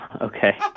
okay